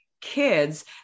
kids